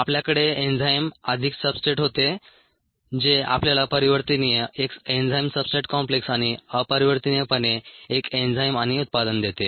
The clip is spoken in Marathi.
आमच्याकडे एन्झाईम अधिक सब्सट्रेट होते जे आपल्याला परिवर्तनीय एक एन्झाईम सब्सट्रेट कॉम्प्लेक्स आणि अपरिवर्तनीयपणे एक एन्झाईम आणि उत्पादन देते